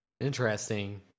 Interesting